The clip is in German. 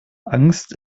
angst